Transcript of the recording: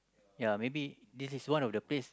ya maybe this is one of the place